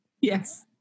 yes